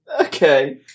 Okay